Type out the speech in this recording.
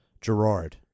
Gerard